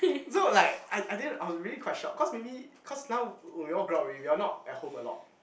though like I I didn't I was really quite shocked cause maybe cause now we all grow up already we're not at home a lot